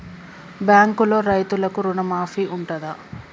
బ్యాంకులో రైతులకు రుణమాఫీ ఉంటదా?